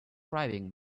bribing